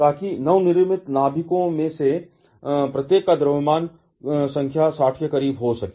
ताकि नव निर्मित नाभिकों में से प्रत्येक का द्रव्यमान संख्या 60 के करीब हो सके